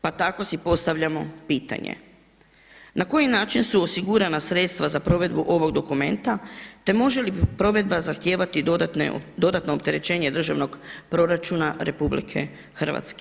Pa tako si postavljamo pitanje, na koji način su osigurana sredstva za provedbu ovog dokumenta te može li provedba zahtijevati dodatno opterećenje državnog proračuna RH?